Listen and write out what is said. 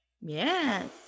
yes